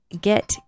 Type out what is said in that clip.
get